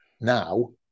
now